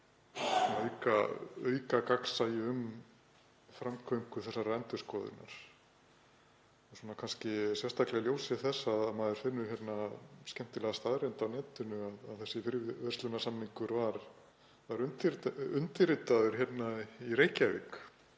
auka gagnsæi um framgang þessarar endurskoðunar. Kannski sérstaklega í ljósi þess að maður finnur þá skemmtilegu staðreynd á netinu að þessi fríverslunarsamningur var undirritaður í Reykjavík